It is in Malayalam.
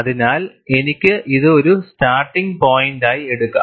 അതിനാൽഎനിക്ക് ഇത് ഒരു സ്റ്റാർട്ടിങ് പോയിന്റായി എടുക്കാം